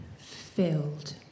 filled